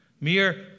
mere